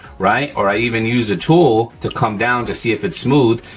right? or i even use a tool to come down to see if it's smooth,